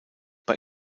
bei